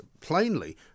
plainly